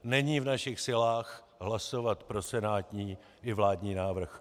Není v našich silách hlasovat pro senátní i vládní návrh.